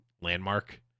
landmark